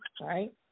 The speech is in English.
right